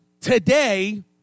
today